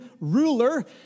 ruler